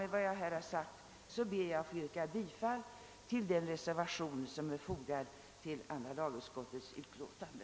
Med vad jag här sagt ber jag att få yrka bifall till den reservation som är fogad till andra lagutskottets utlåtande.